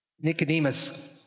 Nicodemus